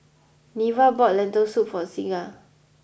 Neva bought Lentil soup for Signa